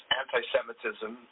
anti-Semitism